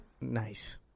Nice